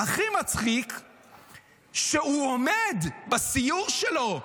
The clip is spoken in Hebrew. הכי מצחיק זה שהוא עומד בסיור שלו,